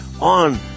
on